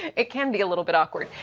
it can be a little bit awkward.